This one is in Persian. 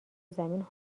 زمین